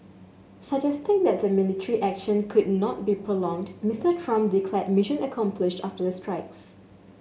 suggesting that the military action could not be prolonged Mister Trump declared mission accomplished after the strikes